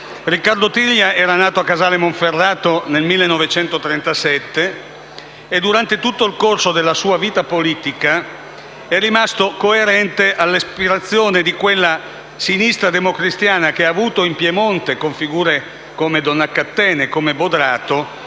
Riccardo Triglia era nato a Casale Monferrato nel 1937 e durante tutto il corso della sua vita politica è rimasto coerente all'ispirazione di quella sinistra democristiana che ha avuto in Piemonte, con figure come Donat Cattin e Bodrato,